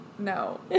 No